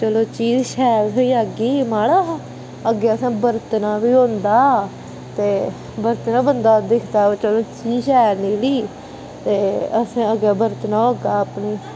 चलो चीज शैल होई थ्होई जागी माड़ा हा अग्गै असें बरतना बी होंदा ते बंदा दिक्खदा चलो चीज शैल निकली ते असें अग्गै करना होगा अपनी